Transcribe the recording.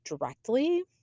directly